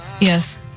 Yes